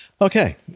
Okay